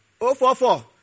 044